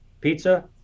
pizza